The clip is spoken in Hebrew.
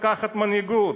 לקחת מנהיגות,